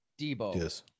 Debo